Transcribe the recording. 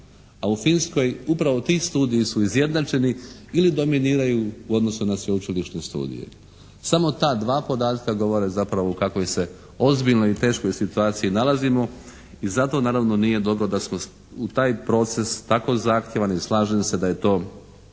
A u Finskoj upravo ti studiji su izjednačeni ili dominiraju u odnosu na sveučilišni studij. Samo ta dva podatka govore zapravo u kakvoj se ozbiljnoj i teškoj situaciji nalazimo i zato naravno nije dobro da smo u taj proces tako zahtjevan i slažem se da je to